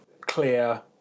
clear